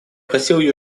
просил